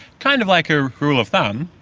kind of like a rule of thumb,